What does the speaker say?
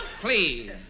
Please